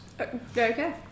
Okay